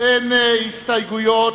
אין הסתייגויות,